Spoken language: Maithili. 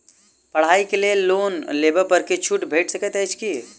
पढ़ाई केँ लेल लोन लेबऽ पर किछ छुट भैट सकैत अछि की?